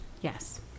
yes